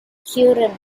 curran